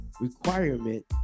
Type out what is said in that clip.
requirement